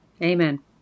Amen